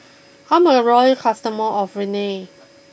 I'm a loyal customer of Rene